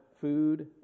food